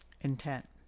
Intent